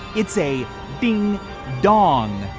it's a ding dong.